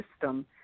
system